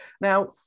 Now